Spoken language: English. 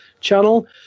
channel